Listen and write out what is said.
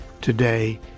today